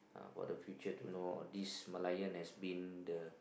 what are the feature to know on this Merlion as been the